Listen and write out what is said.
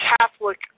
Catholic